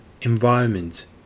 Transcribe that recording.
environment